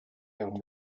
ihrem